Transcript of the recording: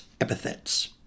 epithets